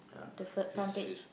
the first front page